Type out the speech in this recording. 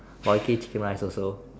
moi Chee chicken rice also